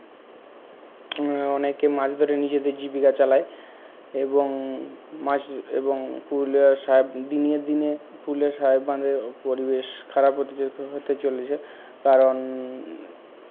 অনেককে মাছ ধরে নিজেদের জীবিকা চালায় এবং মাছ এবং পুরুলিয়ার সাহেব দিনে দিনে পুরুলিয়ার সাহেব বাঁধে পরিবেশ খারাপ হতে চলে যায় হতে চলেছে কারণ